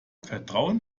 vertrauen